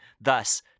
thus